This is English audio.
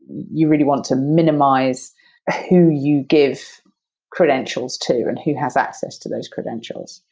you really want to minimize who you give credentials to and who has access to those credentials.